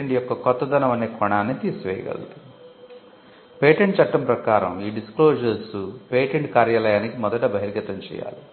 patent కార్యాలయానికి మొదట బహిర్గతం చేయాలి